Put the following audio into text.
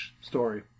story